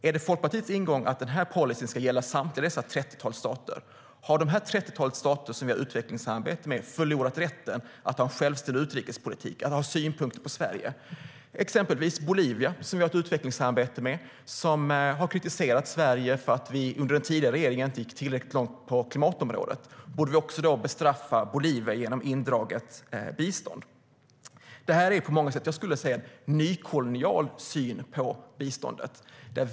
Är det Folkpartiets ingång att den policyn ska gälla samtliga dessa trettiotalet stater? Har de trettiotalet stater som vi har utvecklingssamarbete med förlorat rätten att ha en självständig utrikespolitik, att ha synpunkter på Sverige? Vi kan ta som exempel Bolivia som vi har ett utvecklingssamarbete med och som kritiserat Sverige för att vi under den tidigare regeringen inte gick tillräckligt långt på klimatområdet. Borde vi därmed bestraffa Bolivia genom indraget bistånd? Jag skulle vilja säga att det på många sätt är en nykolonial syn på biståndet.